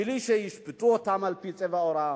בלי שישפטו אותם על-פי צבע עורם.